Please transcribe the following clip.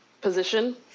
position